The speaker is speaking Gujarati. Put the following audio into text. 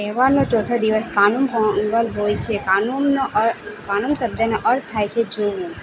તહેવારનો ચોથો દિવસ કાનુમ પોંગલ હોય છે કાનુન શબ્દનો અર્થ થાય છે જોવું